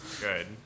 Good